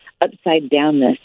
upside-downness